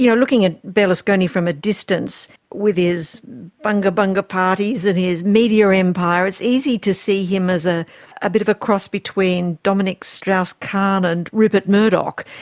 you know looking at berlusconi from a distance with his bunga bunga parties and his media empire, it's easy to see him as ah a bit of a cross between dominique strauss-kahn and rupert murdoch,